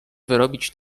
wyrobić